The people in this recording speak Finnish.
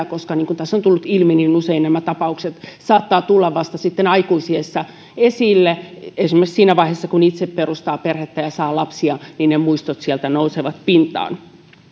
koska niin kuin tässä on tullut ilmi usein nämä tapaukset saattavat tulla vasta aikuisiässä esille esimerkiksi siinä vaiheessa kun itse perustaa perhettä ja saa lapsia ne muistot sieltä nousevat pintaan